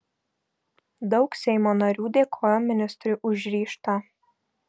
daug seimo narių dėkojo ministrui už ryžtą